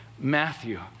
Matthew